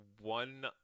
one